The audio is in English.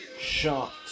shot